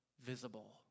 visible